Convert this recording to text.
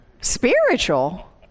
spiritual